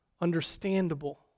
understandable